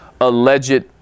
alleged